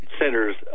centers